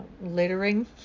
littering